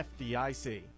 FDIC